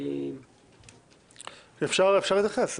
אפשר להתייחס.